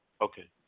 Okay